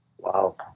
Wow